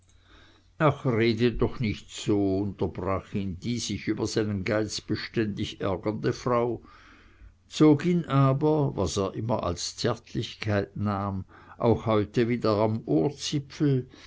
ach rede doch nicht so unterbrach ihn die sich über seinen geiz beständig ärgernde frau zog ihn aber was er immer als zärtlichkeit nahm auch heute wieder am ohrzipfel